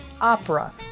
opera